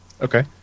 Okay